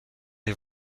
les